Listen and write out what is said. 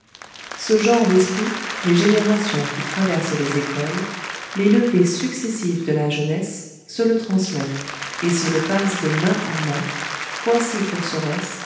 ce genre d'esprit les générations qui traversent les écoles les levées successives de la jeunesse se le transmettent et se le passent de main en main quasi